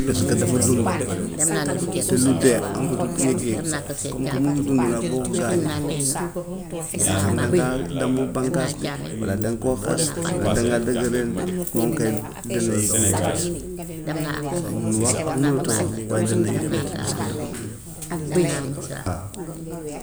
Parce que dafa dund te lu dee amatut yëg-yëg comme que mu ngi dund nag boo ko gaañee yaa xam dangaa damm bànqaas bi, walla danga koo xas, walla dangaa dagg reen bi moom kay dana yëg mettit, mun wax ak munut a wax waaye dana yëg mettit parce que dafa dund waaw.